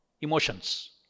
emotions